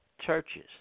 churches